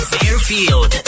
Fairfield